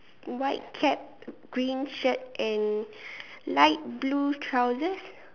white cap green shirt and light blue trousers